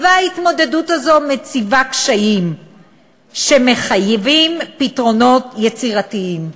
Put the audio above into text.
וההתמודדות הזאת מציבה קשיים שמחייבים פתרונות יצירתיים.